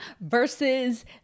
versus